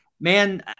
Man